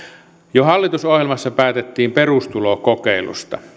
jo hallitusohjelmassa päätettiin perustulokokeilusta